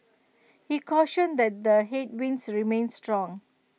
he cautioned that the headwinds remain strong